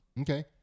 Okay